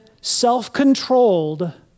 self-controlled